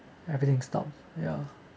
everything stop ya